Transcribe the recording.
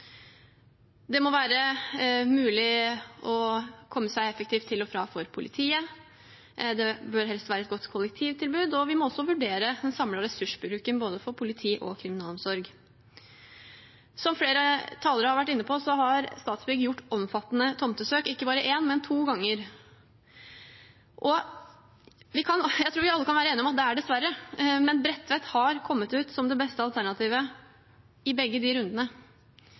Det må være mulig å komme seg effektivt til og fra for politiet. Det bør helst være et godt kollektivtilbud, og vi må også vurdere den samlede ressursbruken for både politi og kriminalomsorg. Som flere talere har vært inne på, har Statsbygg gjort omfattende tomtekjøp, ikke bare én gang, men to ganger. Jeg tror vi alle kan være enige om at det er dessverre – men Bredtveit har kommet ut som det beste alternativet i begge rundene.